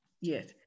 Yes